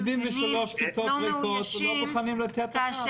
-- 73 כיתות ריקות ולא מוכנים לתת אחת.